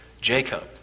Jacob